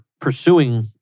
pursuing